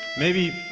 maybe,